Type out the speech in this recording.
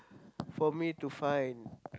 for me to find